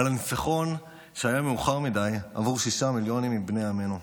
על הניצחון שהיה מאוחר מדי עבור שישה מיליונים מבני עמנו,